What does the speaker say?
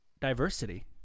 diversity